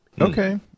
Okay